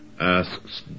asks